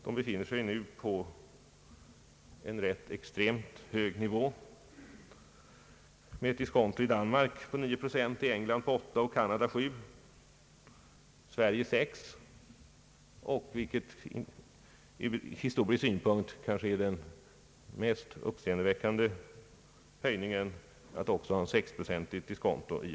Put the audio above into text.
De befinner sig nu på en extremt hög nivå med ett diskonto i Danmark på nio procent, i England på åtta, i Kanada på sju, 1 Sverige på sex och — vilket ur historisk synpunkt är det mest uppseendeväckande — i Förenta staterna på sex procent.